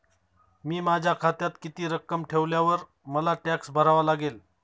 मी माझ्या खात्यात किती रक्कम ठेवल्यावर मला टॅक्स भरावा लागेल?